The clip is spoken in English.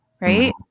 right